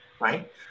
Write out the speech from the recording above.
right